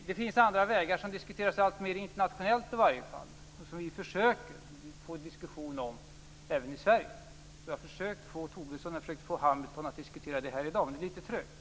Det finns andra vägar som diskuteras alltmer internationellt i alla fall och som vi försöker få en diskussion om även i Sverige. Jag har försökt få Tobisson och Hamilton att diskutera detta i dag, men det är litet trögt.